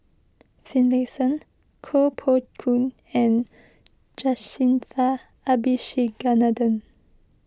Finlayson Koh Poh Koon and Jacintha Abisheganaden